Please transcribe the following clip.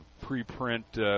pre-print